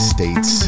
States